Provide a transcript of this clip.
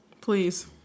Please